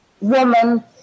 women